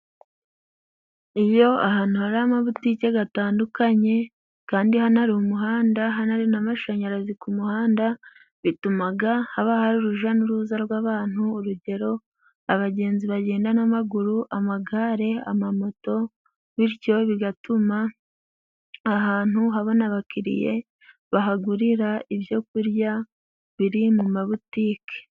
Iyo ahantu hari amabutike gatandukanye kandi hanari umuhanda hanari n'amashanyarazi ku muhanda bitumaga haba hari uruja n'uruza rw'abantu urugero abagenzi bagenda n'amaguru, amagare, amamoto bityo bigatuma ahantu habona abakiriye bahagurira ibyo kurya biri mu mabutike.